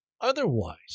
Otherwise